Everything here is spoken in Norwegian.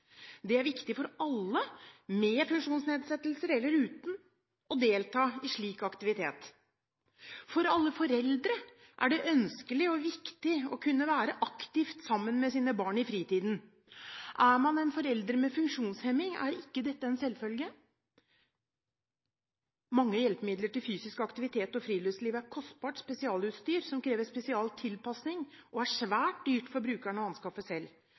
Det er viktig for alle – med eller uten funksjonsnedsettelser – å delta i slik aktivitet. For alle foreldre er det ønskelig og viktig å kunne være aktivt sammen med sine barn i fritiden. Er man en forelder med funksjonshemming, er ikke dette en selvfølge. Mange hjelpemidler til fysisk aktivitet og friluftsliv er kostbart spesialutstyr som krever spesialtilpasning, og er svært dyrt for brukeren å anskaffe selv.